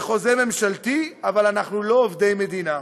זה חוזה ממשלתי, אבל אנחנו לא עובדי מדינה".